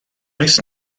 oes